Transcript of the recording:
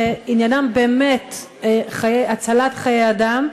שעניינם באמת הצלת חיי אדם,